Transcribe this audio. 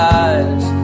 eyes